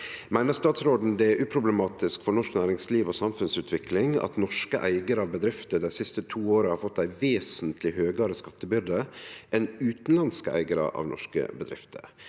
«Meiner statsråd- en det er uproblematisk for norsk næringsliv og samfunnsutvikling at norske eigarar av bedrifter dei to siste åra har fått ei vesentleg høgare skattebyrde enn utanlandske eigarar av norske bedrifter,